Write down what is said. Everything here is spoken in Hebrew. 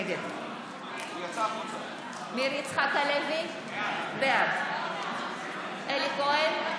נגד מאיר יצחק הלוי, בעד אלי כהן,